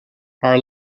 our